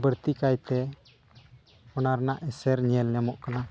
ᱵᱟᱹᱲᱛᱤ ᱠᱟᱭᱛᱮ ᱚᱱᱟ ᱨᱮᱭᱟᱜ ᱮᱥᱮᱨ ᱧᱮᱞ ᱧᱟᱢᱚᱜ ᱠᱟᱱᱟ